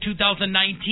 2019